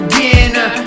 dinner